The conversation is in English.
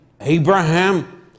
Abraham